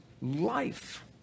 life